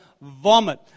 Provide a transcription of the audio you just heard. vomit